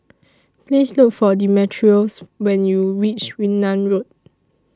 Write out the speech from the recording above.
Please Look For Demetrios when YOU REACH Yunnan Road